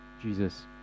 Jesus